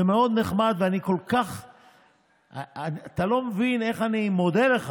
זה מאוד נחמד, ואתה לא מבין איך אני מודה לך